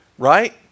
Right